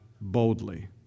boldly